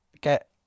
get